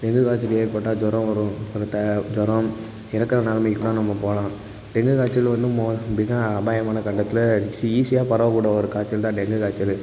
dengue காய்ச்சல் ஏற்பட்டால் ஜுரம் வரும் அப்புறம் த ஜுரம் இறக்கிற நிலமைக்கிலாம் நம்ம போகலாம் டெங்கு காய்ச்சல் வந்து மோ மிக அபாயமான கட்டத்தில் சி ஈஸியாக பரவக்கூடிய ஒரு காய்ச்சல் தான் டெங்கு காய்ச்சல்